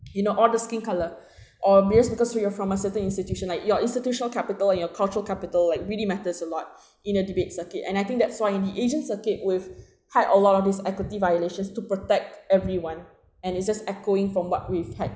you know or the skin color or because because we are from a certain institution like your institutional capital and your cultural capital like really matters a lot in a debate circuit and I think that's why the asian circuit with hike along this equity violations to protect everyone and it's just echoing from what we've hike